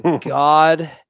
God